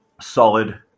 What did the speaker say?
solid